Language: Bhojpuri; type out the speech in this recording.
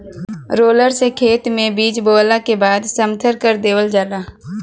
रोलर से खेत में बीज बोवला के बाद समथर कर देवल जाला